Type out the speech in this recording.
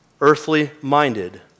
earthly-minded